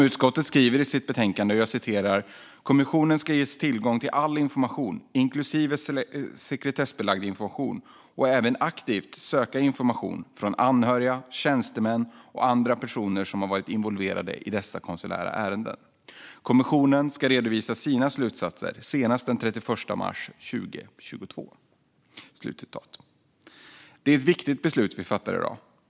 Utskottet skriver i betänkandet: "Kommissionen ska ges tillgång till all information, inklusive sekretessbelagd information, och även aktivt söka information från anhöriga, tjänstemän och andra personer som har varit involverade i dessa konsulärärenden. Kommissionen ska redovisa sina slutsatser senast den 31 mars 2022." Det är ett viktigt beslut vi fattar i dag.